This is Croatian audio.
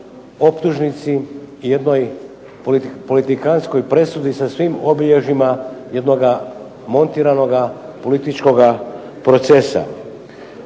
optužnici, jednoj politikanskoj presudi sa svim obilježjima jednoga montiranoga političkoga procesa.